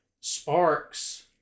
Sparks